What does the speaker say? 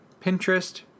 Pinterest